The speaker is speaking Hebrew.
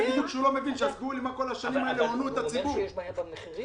כמה ימים, סוגר את עצמו, מקבל החלטה.